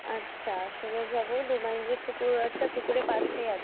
আচ্ছা সোজা যাবো দু মাইল যেয়ে পুকুর আছে পুকুরের পাশেই আছে